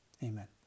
Amen